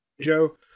Joe